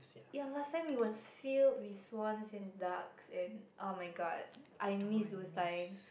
ya last time it was filled with swans and duck then oh-my-god I miss those times